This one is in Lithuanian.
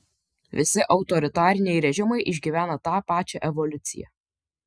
visi autoritariniai režimai išgyvena tą pačią evoliuciją